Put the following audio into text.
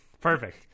perfect